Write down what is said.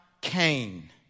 Cain